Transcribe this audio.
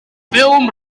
ffilm